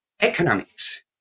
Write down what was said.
economics